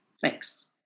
Thanks